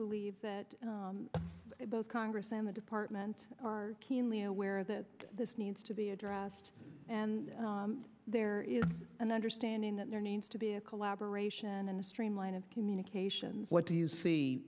believe that both congress and the department are keenly aware that this needs to be addressed and there is an understanding that there needs to be a collaboration and a streamline of communication what do you see